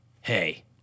Hey